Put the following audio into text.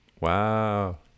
Wow